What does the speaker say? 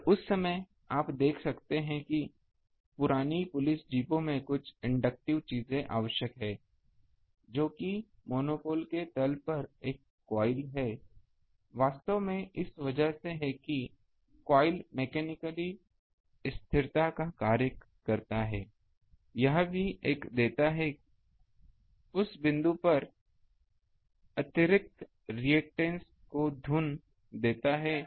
और उस समय आप देख सकते हैं कि पुरानी पुलिस जीपों में कुछ इंडक्टिव चीजें आवश्यक हैं जो कि मोनोपोल के तल पर एक कवाईल है वास्तव में इस वजह से है कि कवाईल मेकनिक्ली स्थिरता का कार्य करता है यह भी एक देता है उस बिंदु पर अतिरिक्त रेअक्टेंस को धुन देता है